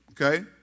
okay